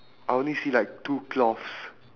I only see like two cloths